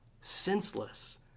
senseless